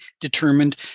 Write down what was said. determined